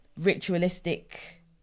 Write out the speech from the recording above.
ritualistic